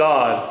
God